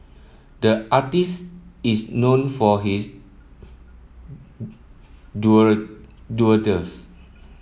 the artist is known for his doodles